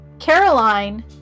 Caroline